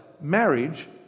marriage